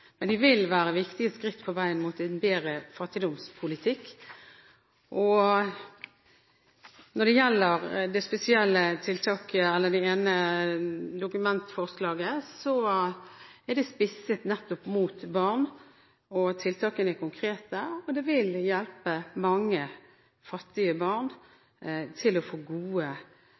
men de vil være viktige skritt på veien mot en bedre fattigdomspolitikk. Når det gjelder det ene dokumentforslaget, er det spisset nettopp mot barn. Tiltakene er konkrete, og det vil hjelpe mange fattige barn til å få gode